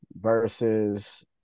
versus